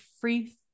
free